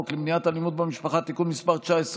למניעת אלימות במשפחה (תיקון מס' 19,